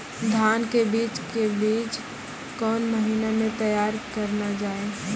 धान के बीज के बीच कौन महीना मैं तैयार करना जाए?